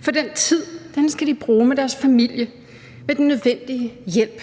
For den tid skal de bruge i deres familie med den nødvendige hjælp.